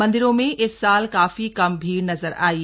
मंदिरों में इस साल काफी कम भीड़ नजर आयी